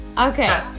Okay